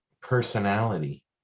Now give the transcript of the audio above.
personality